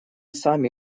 сами